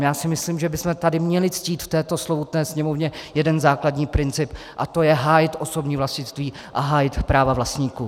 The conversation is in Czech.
Já si myslím, že bychom tady měli ctít v této slovutné Sněmovně jeden základní princip a tím je hájit osobní vlastnictví a hájit práva vlastníků.